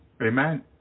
Amen